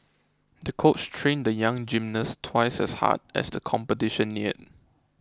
the coach trained the young gymnast twice as hard as the competition neared